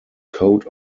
coat